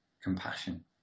compassion